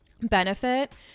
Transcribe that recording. benefit